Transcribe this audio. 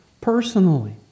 personally